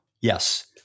Yes